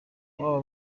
w’aba